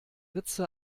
ritze